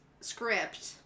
script